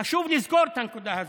חשוב לזכור את הנקודה הזאת.